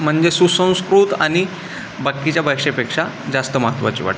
म्हणजे सुसंस्कृत आणि बाकीच्या भाषांपेक्षा जास्त महत्त्वाचे वाटतं